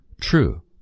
true